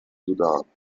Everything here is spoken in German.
sudan